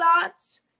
thoughts